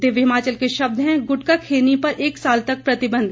दिव्य हिमाचल के शब्द हैं गुटका खैनी पर एक साल तक प्रतिबंध